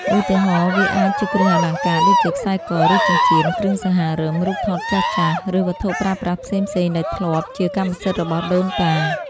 ឧទាហរណ៍ វាអាចជាគ្រឿងអលង្ការដូចជាខ្សែក ឬចិញ្ចៀន គ្រឿងសង្ហារិម រូបថតចាស់ៗ ឬវត្ថុប្រើប្រាស់ផ្សេងៗដែលធ្លាប់ជាកម្មសិទ្ធិរបស់ដូនតា។